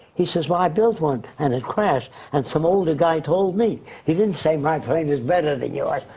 he says well, i built one and it crashed and some older guy told me. he didn't say my plane is better than yours.